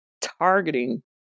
targeting